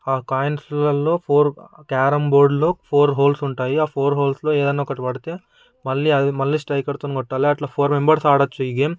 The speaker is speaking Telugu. ఆ కాయిన్స్లలో ఫోర్ క్యారం బోర్డులో ఫోర్ హోల్స్ ఉంటాయి ఆ ఫోర్ హవర్స్లో ఏదైనా ఒకటి పడితే మళ్లీ అది స్ట్రైకర్తోనే కొట్టాలి అట్లా ఫోర్ మెంబెర్స్ ఆడొచ్చు ఈ గేమ్